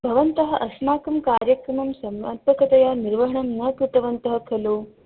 भवन्तः अस्माकं कार्यक्रमं समर्पकतया निर्वहणं न कृतवन्तः खलु